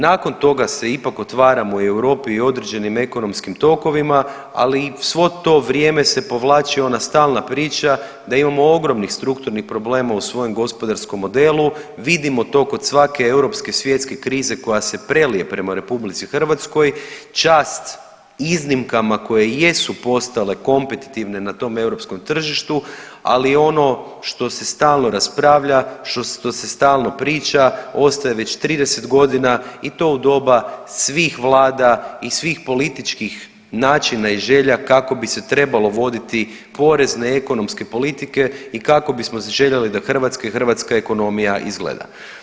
Nakon toga se ipak otvaramo Europi i određenim ekonomskim tokovima, ali i svo to vrijeme se povlači ona stalna priča da imamo ogromnih strukturnih problema u svojem gospodarskom modelu, vidimo to kod svake europske i svjetske krize koja se prelije prema RH, čast iznimkama koje i jesu postale kompetitivne na tom EU tržištu, ali ono što se stalno raspravlja, što se stalno priča, ostaje već 30 godina i to u doba svih vlada i svih političkih načina i želja kako bi se trebalo voditi porezne ekonomske politike i kako bismo željeli da Hrvatska i hrvatska ekonomija izgleda.